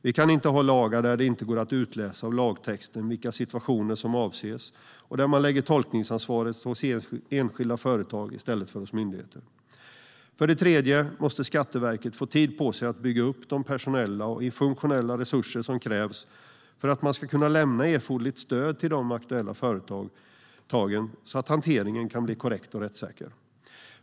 Vi kan inte ha lagar där det inte går att utläsa av lagtexten vilka situationer som avses och där man lägger tolkningsansvaret hos enskilda företag i stället för hos myndigheter. För det tredje måste Skatteverket få tid att bygga upp de personella och funktionella resurser som krävs för att kunna lämna erforderligt stöd till de aktuella företagen så att hanteringen kan bli korrekt och rättssäker.